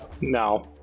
No